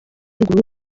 ruguru